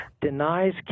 denies